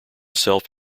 self